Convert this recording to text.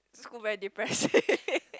school very depressing